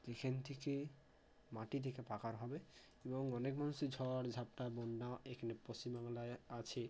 যেখান থেকে মাটি থেকে পাকা হবে এবং অনেক মানুষের ঝড় ঝাপটা বন্যা এখানে পশ্চিম বাংলায় আছে